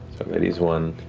ladies one.